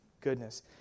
goodness